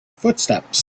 footsteps